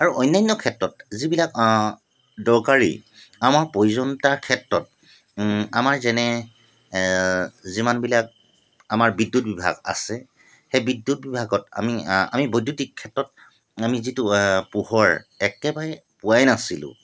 আৰু অন্যান্য ক্ষেত্ৰত যিবিলাক দৰকাৰী আমাক প্ৰয়োজনীয়তাৰ ক্ষেত্ৰত আমাৰ যেনে যিমানবিলাক আমাৰ বিদ্যুৎ বিভাগ আছে সেই বিদ্যুৎ বিভাগত আমি আমি বৈদ্যুতিক ক্ষেত্ৰত আমি যিটো পোহৰ একেবাৰে পোৱাই নাছিলো